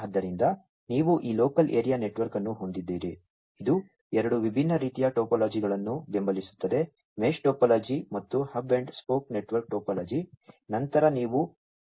ಆದ್ದರಿಂದ ನೀವು ಈ ಲೋಕಲ್ ಏರಿಯಾ ನೆಟ್ವರ್ಕ್ ಅನ್ನು ಹೊಂದಿದ್ದೀರಿ ಇದು ಎರಡು ವಿಭಿನ್ನ ರೀತಿಯ ಟೋಪೋಲಜಿಗಳನ್ನು ಬೆಂಬಲಿಸುತ್ತದೆ ಮೆಶ್ ಟೋಪೋಲಜಿ ಮತ್ತು hub and spoke network topology